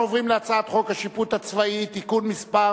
אנחנו עוברים להצעת חוק השיפוט הצבאי (תיקון מס'